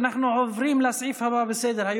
אנחנו עוברים לסעיף הבא בסדר-היום,